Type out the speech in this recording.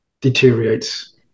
deteriorates